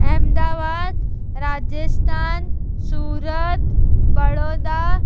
Ahmedabad Rajasthan Surat Baroda